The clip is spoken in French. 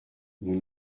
nous